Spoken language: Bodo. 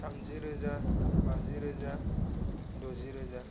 थामजि रोजा बाजि रोजा द'जि रोजा